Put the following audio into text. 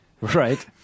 Right